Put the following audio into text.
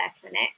clinic